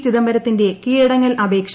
ചിദംബരത്തിന്റെ കീഴടങ്ങൽ അപേക്ഷ സി